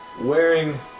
wearing